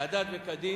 כדת וכדין.